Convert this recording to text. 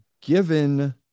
Given